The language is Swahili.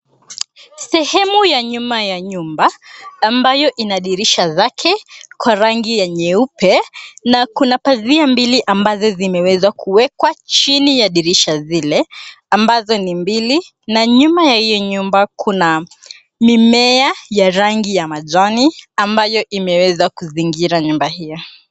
Sehemu ya nyuma ya nyumba ambayo ina dirisha zake kwa rangi ya nyeupe na kuna pazia mbili ambazo zimeweza kuwekwa chini ya dirisha zile, ambazo ni mbili na nyuma ya hii nyumba kuna mimea ya rangi ya majani ambayo imeweza kuzingira nyumba hio.